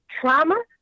trauma